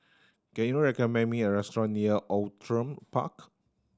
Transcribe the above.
can you recommend me a restaurant near Outram Park